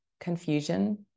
confusion